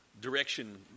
direction